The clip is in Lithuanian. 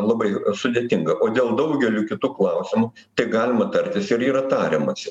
labai sudėtinga o dėl daugeliu kitų klausimų tai galima tartis ir yra tariamasi